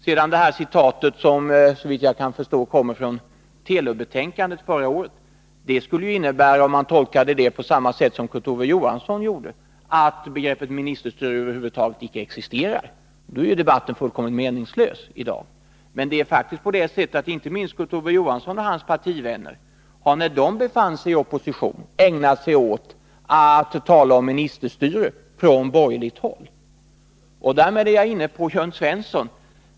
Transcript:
Det åberopade citatet kommer såvitt jag kan förstå från Telubbetänkandet förra året. Det skulle innebära, om man tolkade det på samma sätt som Kurt Ove Johansson gjorde, att begreppet ministerstyre över huvud taget icke existerar. Då är debatten fullkomligt meningslös i dag. Men inte minst Kurt — Nr 154 Ove Johansson och hans partivänner har, när de befann sig i opposition, ägnat sig åt att tala om ministerstyre från borgerligt håll. Därmed är jag inne på Jörn Svensson.